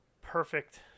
perfect